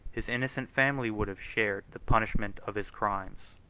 his innocent family would have shared the punishment of his crimes.